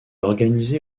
organisé